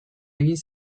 egin